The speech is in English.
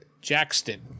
jackson